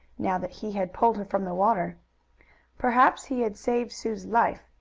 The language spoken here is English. now that he had pulled her from the water perhaps he had saved sue's life,